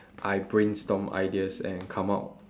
I brainstorm ideas and come out